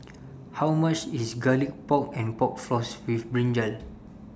How much IS Garlic Pork and Pork Floss with Brinjal